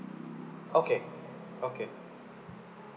okay okay